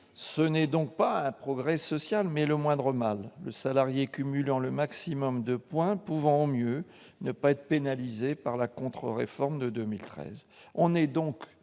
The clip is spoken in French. Ce n'est donc pas un progrès social, mais un moindre mal, le salarié cumulant le maximum de points pouvant au mieux ne pas être pénalisé par la contre-réforme de 2013.